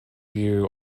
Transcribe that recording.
view